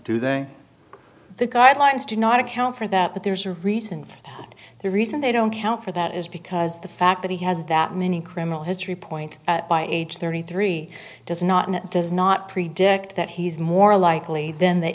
do they the guidelines do not account for that but there's a reason for that the reason they don't count for that is because the fact that he has that many criminal history points by age thirty three does not and does not predict that he's more likely than the